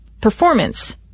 performance